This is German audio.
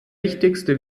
wichtigste